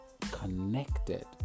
connected